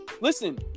Listen